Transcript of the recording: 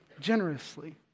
generously